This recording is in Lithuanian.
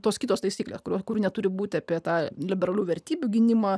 tos kitos taisyklės kurios kurių neturi būti apie tą liberalių vertybių gynimą